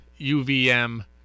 UVM